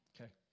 Okay